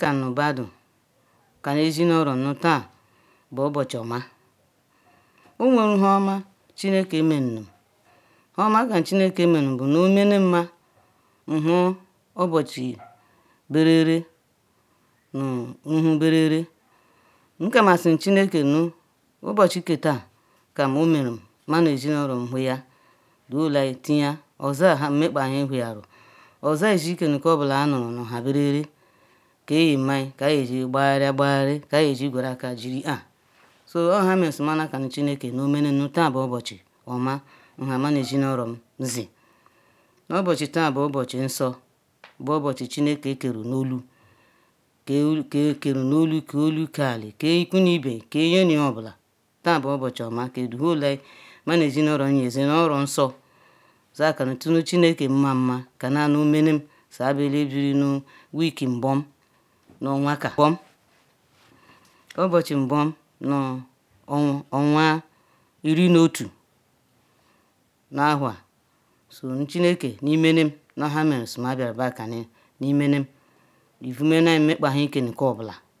Nkanu badu kanu ezi nu oro nu taá bu obuchuoma owerunhuoma chineke nmenu, nhuoma kam chineke menenu bunu omenenma nhu obuchi berere nu nhu berere nkamasinu chineke nu obuchiketaá kam omenu ma nuezinuoro ulohia dewholayi tiya oza ha nme kpaewuli wohiaru, oza 0zc kenuka obula anuha berere keyemine kiayeji gbariagbari kiayeji gwero aka jiriha so ohameru su menakanu chineke nu omene nu taa bu obuchi oma nuha ma nu ezi nu oro zi, nu obuchi taán bu obuchi nso bu obuchi Chineke keru ne olubokeru nu olu ke olu ke ali ke ikunuibe ke nyenu nyeobula taá bu obuchioma ke denihola yi manu ezinu oro yezi nu oronso zakanutunu chineke nmanma kana nu omene za ayeyi bu ele heruru week nbom nu onwakan nbom obuchi nbom nu onwa irinuotu nu awhua so chineke nemenem yaha meru simabiaru bakani nemenem evumeyi umekpa-ewhue nka nu nka obula